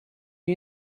you